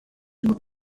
were